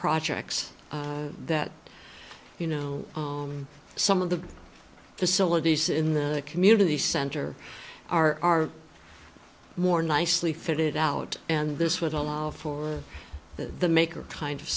projects that you know some of the facilities in the community center are more nicely fitted out and this would allow for the maker kind of